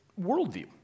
worldview